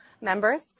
members